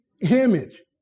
image